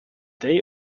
they